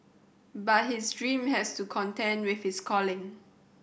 but his dream has to contend with his calling